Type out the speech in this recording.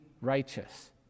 righteous